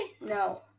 No